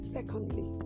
Secondly